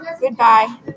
goodbye